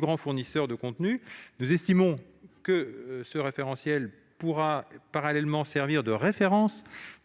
grands fournisseurs de contenus. Nous estimons que ce référentiel pourra parallèlement servir de référence